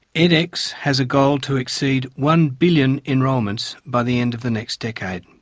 edx, has a goal to exceed one billion enrolments by the end of the next decade.